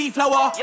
Flower